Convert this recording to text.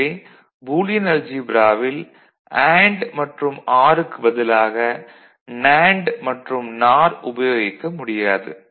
எனவே பூலியன் அல்ஜீப்ராவில் அண்டு மற்றும் ஆர் க்குப் பதிலாக நேண்டு மற்றும் நார் உபயோகிக்க முடியாது